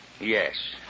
Yes